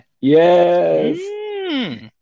Yes